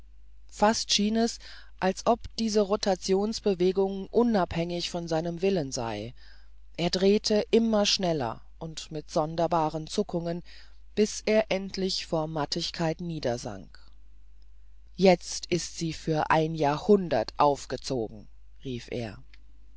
fast schien es als ob diese rotationsbewegung unabhängig von seinem willen sei er drehte immer schneller und mit sonderbaren zuckungen bis er endlich vor mattigkeit niedersank jetzt ist sie für ein jahrhundert aufgezogen rief er